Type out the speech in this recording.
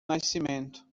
nascimento